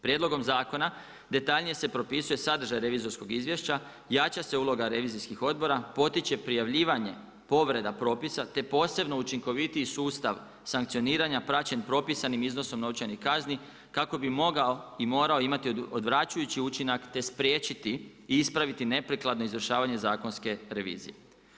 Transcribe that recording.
Prijedlogom zakona detaljnije se propisuje sadržaj revizorskog izvješća, jača se uloga revizijskih odbora, potiče prijavljivanje, povreda propisa te posebno učinkovitiji sustav sankcioniranja praćen propisanim iznosom novčanih kazni kako bi mogao i morao imati odvraćajući učinak te spriječiti i ispraviti neprikladno izvršavanje zakonske revizije.